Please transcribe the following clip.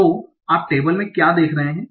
तो आप टेबल में क्या देख रहे है